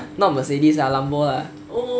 not mercedes lah lambo lah